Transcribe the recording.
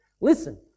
Listen